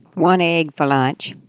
one egg for lunch,